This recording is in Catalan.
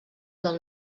del